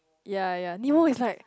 ya ya Nemo is like